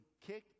kicked